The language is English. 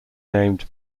named